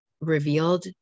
revealed